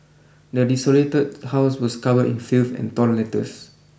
the desolated house was covered in filth and torn letters